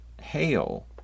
hail